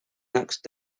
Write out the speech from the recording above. next